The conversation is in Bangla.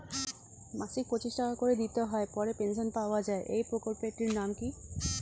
মাসিক পঁচিশ টাকা করে দিতে হয় পরে পেনশন পাওয়া যায় এই প্রকল্পে টির নাম কি?